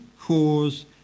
cause